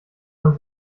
man